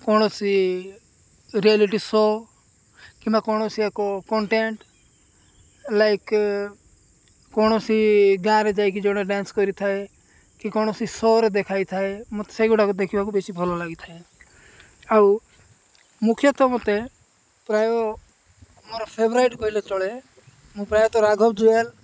କୌଣସି reality show' କିମ୍ବା କୌଣସି ଏକ କଣ୍ଟେଣ୍ଟ୍ ଲାଇକ୍ କୌଣସି ଗାଁରେ ଯାଇକି ଜଣେ ଡାନ୍ସ କରିଥାଏ କି କୌଣସି ସୋ'ରେ ଦେଖାଇଥାଏ ମୋତେ ସେଗୁଡିକ ଦେଖିବାକୁ ବେଶୀ ଭଲ ଲାଗିଥାଏ ଆଉ ମୁଖ୍ୟତଃ ମୋତେ ପ୍ରାୟ ମୋର ଫେଭରାଇଟ୍ କହିଲେ ଚଳେ ମୁଁ ପ୍ରାୟତଃ ରାଘବ୍ ଜୁଏଲ୍